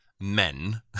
men